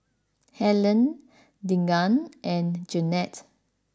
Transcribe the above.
Helene Deegan and Jennette